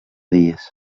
dies